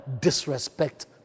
disrespect